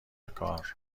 کار